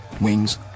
Wings